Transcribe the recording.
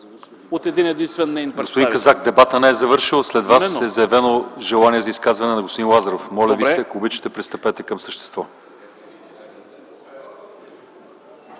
от един единствен неин представител.